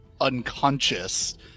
unconscious